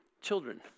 children